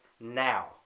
now